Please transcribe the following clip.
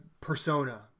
Persona